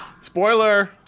Spoiler